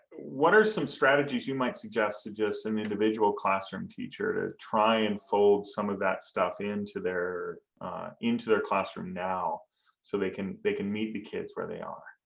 what are some strategies you might suggest of some individual classroom teacher to try and fold some of that stuff into their into their classroom now so they can they can meet the kid where they are?